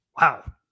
Wow